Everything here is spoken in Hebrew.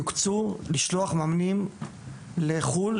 יוקצו לשלוח מאמנים לחו"ל,